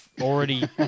already